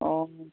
অঁ